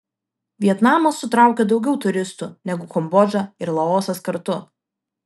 vietnamas sutraukia daugiau turistų negu kambodža ir laosas kartu